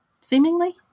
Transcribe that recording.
seemingly